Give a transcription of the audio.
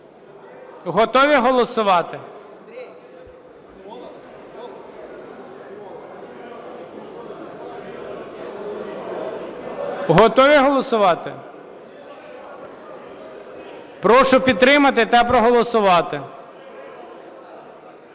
Готові голосувати? Готові голосувати? Прошу підтримати та проголосувати.